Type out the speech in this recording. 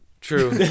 true